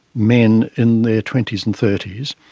men in their twenty s and thirty s,